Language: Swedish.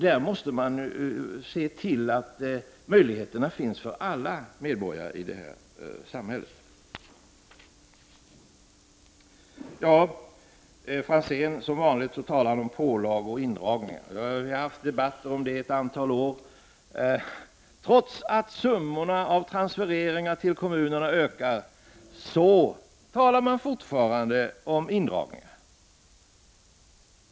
Man måste se till att möjligheterna finns för alla medborgare i det här samhället. Ivar Franzén talade som vanligt om pålagor och indragningar. Vi har haft debatter om detta i ett antal år. Trots att summorna av transfereringar till kommunerna ökar talar man fortfarande om indragningar.